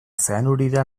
zeanurira